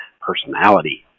personality